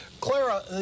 Clara